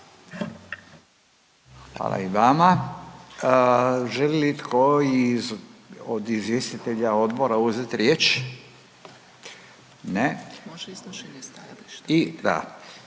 Hvala i vama. Želi li tko iz od izvjestitelja odbora uzeti riječ? Ne i da i ako završimo